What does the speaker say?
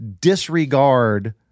disregard